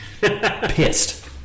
Pissed